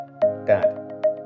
Dad